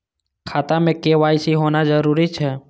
खाता में के.वाई.सी होना जरूरी छै?